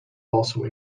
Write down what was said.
also